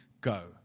go